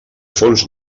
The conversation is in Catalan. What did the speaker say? fons